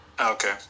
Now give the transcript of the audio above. Okay